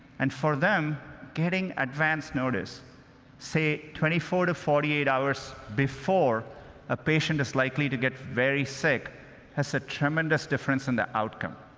and for them, getting advanced notice say, twenty four forty eight hours before a patient is likely to get very sick has a tremendous difference in the outcome.